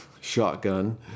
shotgun